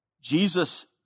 Jesus